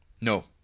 No